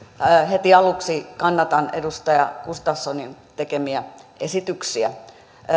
heti aluksi kannatan edustaja gustafssonin tekemiä esityksiä